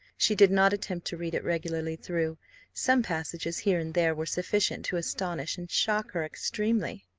she did not attempt to read it regularly through some passages here and there were sufficient to astonish and shock her extremely.